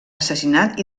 assassinat